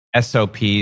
SOPs